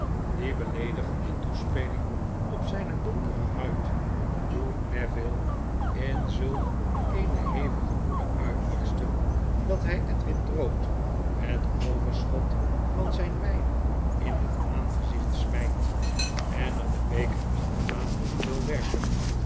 die beleedigende toespeling op zijne donkere huid doet neville in zulk eene hevige woede uitbarsten dat hg edwin drood hetoverschot van zgn wgn in het aangezicht smflt en er den beker achterna wil werpen